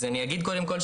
אז קודם כל,